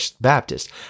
Baptist